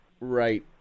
Right